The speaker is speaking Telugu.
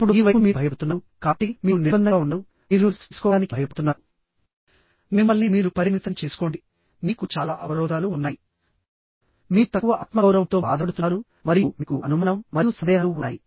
ఇప్పుడు ఈ వైపుః మీరు భయపడుతున్నారు కాబట్టి మీరు నిర్బంధంగా ఉన్నారు మీరు రిస్క్స్ తీసుకోవడానికి భయపడుతున్నారు మిమ్మల్ని మీరు పరిమితం చేసుకోండి మీకు చాలా అవరోధాలు ఉన్నాయి మీరు తక్కువ ఆత్మగౌరవంతో బాధపడుతున్నారు మరియు మీకు అనుమానం మరియు సందేహలు ఉన్నాయి